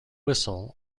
whistle